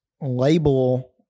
label